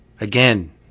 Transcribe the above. Again